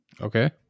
Okay